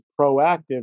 proactive